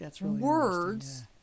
Words